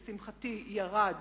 לשמחתי, ירד